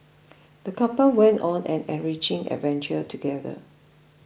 the couple went on an enriching adventure together